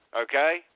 okay